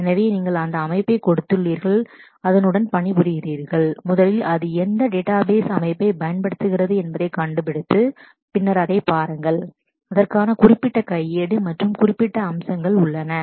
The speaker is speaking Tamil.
எனவே நீங்கள் அந்த அமைப்பைக் பயன்படுத்தி பணி செய்கிறீர்கள் முதலில் அது எந்த டேட்டாபேஸ் சிஸ்டம் databse systems அமைப்பைப் பயன்படுத்துகிறது என்பதைக் கண்டுபிடித்து பின்னர் அதைப் பாருங்கள் அதற்கான குறிப்பிட்ட கையேடு மற்றும் குறிப்பிட்ட அம்சங்கள் உள்ளன